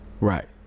Right